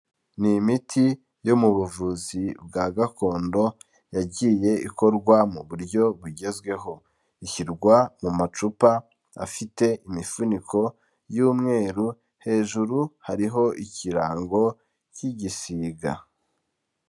Ni imiti yo mu buvuzi bwa gakondo yagiye ikorwa mu buryo bugezweho, ishyirwa mu macupa afite imifuniko y'umweru hejuru hariho ikirango cy'igisiga.